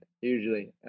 usually